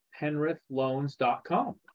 penrithloans.com